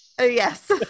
Yes